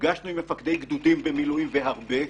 נפגשנו עם מפקדי גדודים במילואים והרבה,